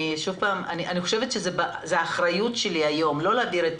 אני חושבת שהאחריות שלי היום לא להעביר את